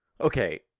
Okay